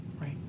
Right